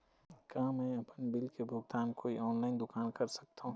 का मैं आपमन बिल के भुगतान कोई ऑनलाइन दुकान कर सकथों?